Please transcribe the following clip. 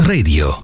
Radio